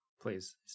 Please